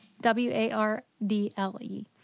W-A-R-D-L-E